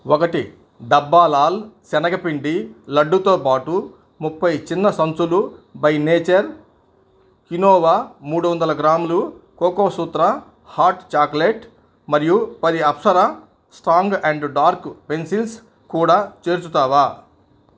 ఒకటి డబ్బా లాల్ శనగపిండి లడ్డూతో బాటు ముప్పై చిన్న సంచులు బై నేచర్ కినోవ మూడు వందల గ్రాములు కోకోసూత్ర హాట్ చాక్లెట్ మరియు పది Apsara strong and dark pencil కూడా చేర్చుతావా